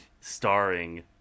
starring